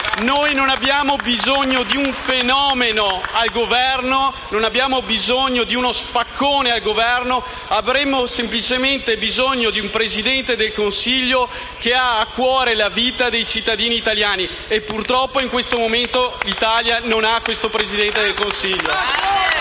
Noi non abbiamo bisogno di un fenomeno o di uno spaccone al Governo, avremmo semplicemente bisogno di un Presidente del Consiglio che abbia a cuore la vita dei cittadini italiani. Purtroppo, in questo momento l'Italia non ha questo Presidente del Consiglio.